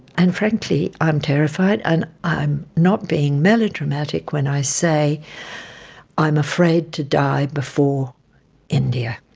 and frankly i'm terrified. and i'm not being melodramatic when i say i'm afraid to die before india.